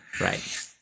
right